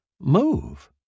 move